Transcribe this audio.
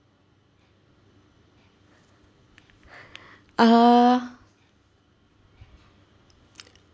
uh